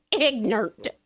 Ignorant